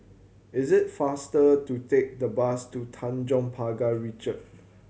is it faster to take the bus to Tanjong Pagar Ricoh